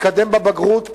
להתקדם בבגרות,